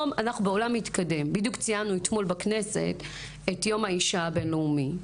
בדיוק ציינו אתמול בכנסת את יום האישה הבין-לאומי.